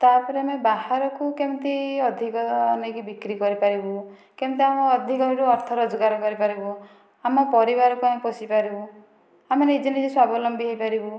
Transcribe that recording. ତାପରେ ଆମେ ବାହାରକୁ କେମିତି ଅଧିକ ନେଇକି ବିକ୍ରି କରିପାରିବୁ କେମିତି ଆମେ ଅଧିକ ସେଠୁ ଅର୍ଥ ରୋଜଗାର କରିପାରିବୁ ଆମ ପରିବାର ପାଇଁ ପୋଷିପାରିବୁ ଆମେ ନିଜେ ନିଜେ ସ୍ଵାବଲମ୍ବୀ ହୋଇପାରିବୁ